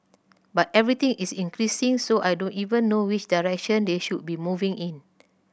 but everything is increasing so I don't even know which direction they should be moving in